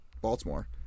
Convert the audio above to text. Baltimore